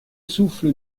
souffle